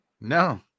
No